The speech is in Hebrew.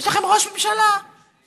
יש לכם ראש ממשלה שכרגע,